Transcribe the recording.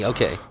Okay